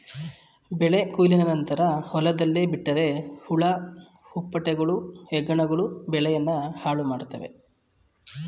ಬೆಳೆ ಕೊಯ್ಲಿನ ನಂತರ ಹೊಲದಲ್ಲೇ ಬಿಟ್ಟರೆ ಹುಳ ಹುಪ್ಪಟೆಗಳು, ಹೆಗ್ಗಣಗಳು ಬೆಳೆಯನ್ನು ಹಾಳುಮಾಡುತ್ವೆ